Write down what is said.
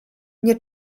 nie